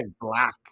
Black